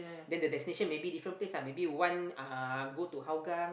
then the destination maybe different place lah maybe one uh go to Hougang